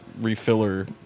refiller